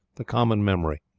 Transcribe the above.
the common memory,